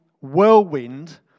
whirlwind